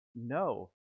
No